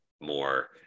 more